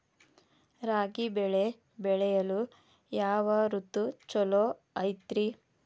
ರಾಗಿ ಬೆಳೆ ಬೆಳೆಯಲು ಯಾವ ಋತು ಛಲೋ ಐತ್ರಿ?